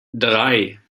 drei